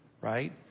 right